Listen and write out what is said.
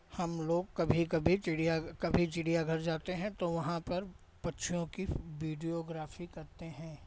हम लोग कभी कभी चिड़ियाँ कभी चिड़ियाघर जाते हैं तो वहाँ पर पक्षियों की वीडियोग्राफी करते हैं